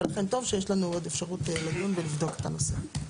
ולכן טוב שיש לנו עוד אפשרות לדון ולבדוק את הנושא.